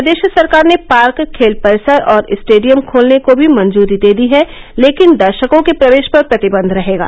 प्रदेश सरकार ने पार्क खेल परिसर और स्टेडियम खोलने को भी मंजूरी दे दी है लेकिन दर्शकों के प्रवेश पर प्रतिबंध रहेगा